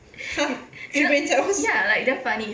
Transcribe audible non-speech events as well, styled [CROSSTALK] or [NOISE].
[NOISE] three brain cells